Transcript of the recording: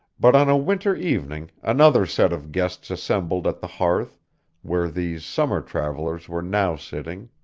but on a winter evening another set of guests assembled at the hearth where these summer travellers were now sitting.